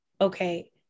okay